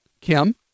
Kim